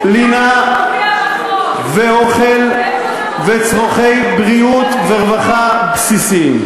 לינה ואוכל וצורכי בריאות ורווחה בסיסיים.